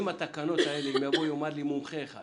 אם יבוא ויאמר לי מומחה אחד